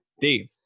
Dave